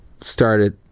started